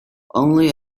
only